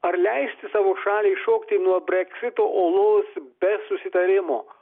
ar leisti savo šaliai šokti nuo breksito olos be susitarimo